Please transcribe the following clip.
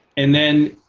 and then,